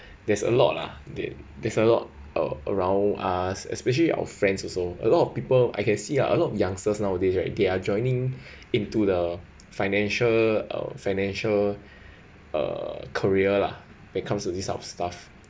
there's a lot lah there there's a lot uh around us especially our friends also a lot of people I can see ah lot of youngsters nowadays right they are joining into the financial uh financial uh career lah they come to this kind of stuff